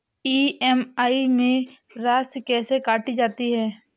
EMI में राशि कैसे काटी जाती है?